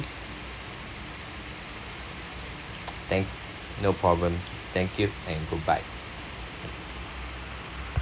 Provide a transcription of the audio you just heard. than~ no problem thank you and goodbye